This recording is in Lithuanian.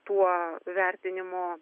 tuo vertinimu